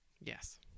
yes